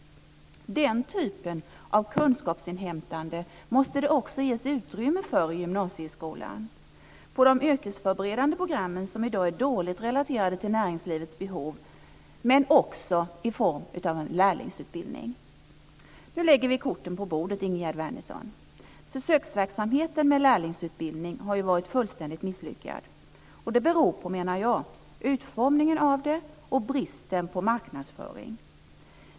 Den typen av kunskapsinhämtande måste det också ges utrymme för i gymnasieskolan, på de yrkesförberedande programmen, som i dag är dåligt relaterade till näringslivets behov, men också i form av en lärlingsutbildning. Nu lägger vi korten på bordet, Ingegerd Wärnersson. Försöksverksamheten med lärlingsutbildning har varit fullständigt misslyckad, och jag menar att det beror på utformningen av den och bristen på marknadsföring.